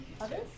Others